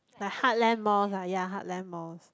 the heartland mall ah ya heartland malls